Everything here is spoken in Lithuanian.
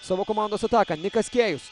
savo komandos ataką nikas kėjus